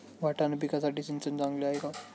वाटाणा पिकासाठी सिंचन चांगले आहे का?